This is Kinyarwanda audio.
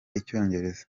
icyongereza